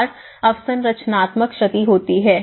और अवसंरचनात्मक क्षति होती है